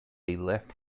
left